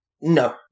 No